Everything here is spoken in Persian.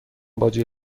باجه